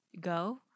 go